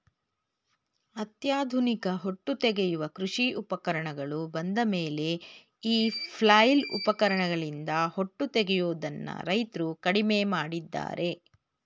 ಅತ್ಯಾಧುನಿಕ ಹೊಟ್ಟು ತೆಗೆಯುವ ಕೃಷಿ ಉಪಕರಣಗಳು ಬಂದಮೇಲೆ ಈ ಫ್ಲೈಲ್ ಉಪಕರಣದಿಂದ ಹೊಟ್ಟು ತೆಗೆಯದನ್ನು ರೈತ್ರು ಕಡಿಮೆ ಮಾಡಿದ್ದಾರೆ